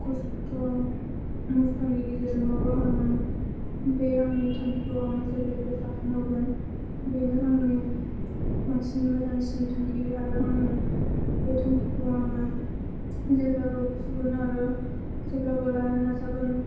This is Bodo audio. खस्त' मस्त'नि गेजेरजोंबाबो आङो बे आंनि थांखिखौ आङो जेब्लायबो जाफुंहोगोन बेनो आंनि बांसिन मोजांसिन थांखि आरो आङो बे थांखिखौ आङो जेब्लाबो होसोगोन आरो जेब्लाबो लानो नाजागोन